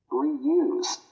reuse